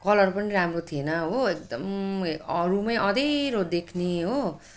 colour पनि राम्रो थिएन हो एकदम रूम अँध्यारो देख्ने हो